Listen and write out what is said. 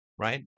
right